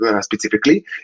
specifically